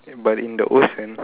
but in the ocean